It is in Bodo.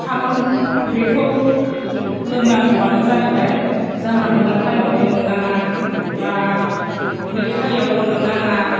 खारन बेखौ लोंनांगौआनो जाहैबाय जानला मोनला थाइमाव लोंनो नाङा बा उदै खालियाव लोंनो नाङा